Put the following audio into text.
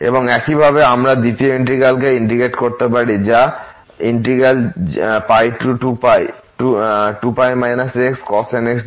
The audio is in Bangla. এবং একইভাবে আমরা দ্বিতীয় ইন্টিগ্র্যাল কে ইন্টিগ্রেট করতে পারি যা 2π2π xcos nx dx